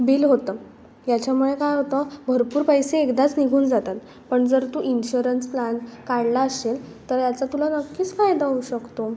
bill होतं याच्यामुळे काय होतं भरपूर पैसे एकदाच निघून जातात पण जर तू इन्श्युरन्स प्लॅन काढला अशेल तर याचा तुला नक्कीच फायदा होऊ शकतो